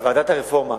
בוועדת הרפורמה,